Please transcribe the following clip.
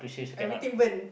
everything burn